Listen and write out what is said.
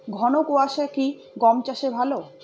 ঘন কোয়াশা কি গম চাষে ভালো?